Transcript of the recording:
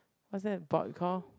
what's that board called